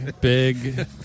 big